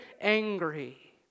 angry